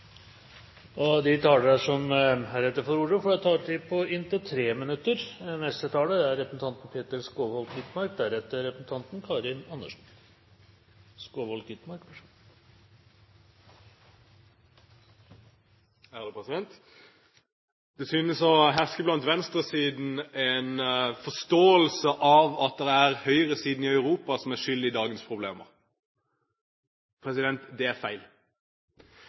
De talere som heretter får ordet, har en taletid på inntil 3 minutter. Blant venstresiden synes det å herske en forståelse av at det er høyresiden i Europa som er skyld i dagens problemer. Det er feil.